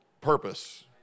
purpose